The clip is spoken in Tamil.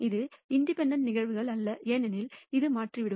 இது இண்டிபெண்டெண்ட் ன நிகழ்வுகள் அல்ல ஏனெனில் அது மாறிவிடும்